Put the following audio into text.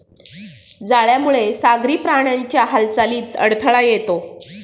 जाळ्यामुळे सागरी प्राण्यांच्या हालचालीत अडथळा येतो